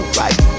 right